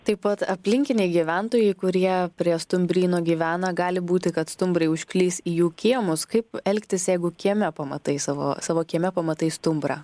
taip pat aplinkiniai gyventojai kurie prie stumbryno gyvena gali būti kad stumbrai užklys į jų kiemus kaip elgtis jeigu kieme pamatai savo savo kieme pamatai stumbrą